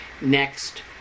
next